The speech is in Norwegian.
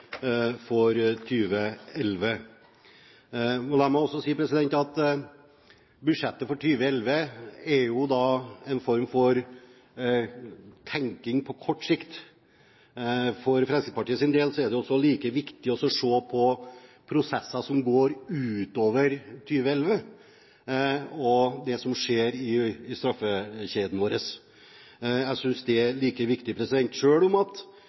La meg også si at budsjettet for 2011 jo er en form for tenking på kort sikt. For Fremskrittspartiets del er det viktig å se på prosesser som går utover 2011, og det som skjer i straffekjeden vår. Det er like viktig, selv om at